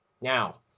Now